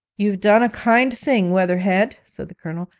you've done a kind thing, weatherhead said the colonel.